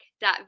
dot